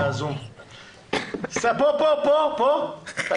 את רואה?